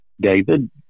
David